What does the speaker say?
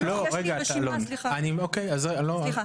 אני לא הגשתי רשימה, סליחה.